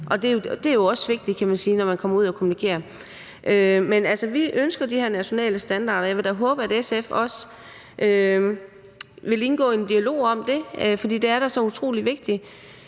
man sige – også vigtigt, når man kommer ud og kommunikerer. Men vi ønsker de her nationale standarder, og jeg vil da også håbe, at SF vil indgå i en dialog om det. For det er da så utrolig vigtigt.